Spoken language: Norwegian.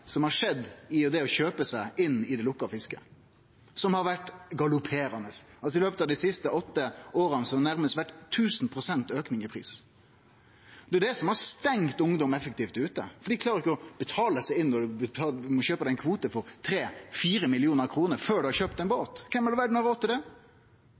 som det har vore når det gjeld å kjøpe seg inn i det lukka fisket, som har vore galopperande. I løpet av dei siste åtte åra har det vore ein auke i pris på nærmast 1 000 pst. Det er det som har stengt ungdom effektivt ute, for dei klarer ikkje å betale seg inn når ein må kjøpe ein kvote for 3–4 mill. kr før ein har kjøpt ein